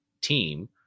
team